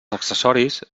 accessoris